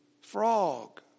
Frog